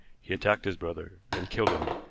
he attacked his brother, and killed him.